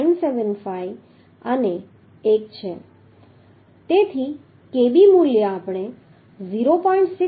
તેથી kb મૂલ્ય આપણે 0